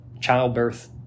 childbirth